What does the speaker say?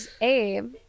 Abe